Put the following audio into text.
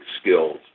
skills